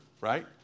right